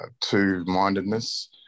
two-mindedness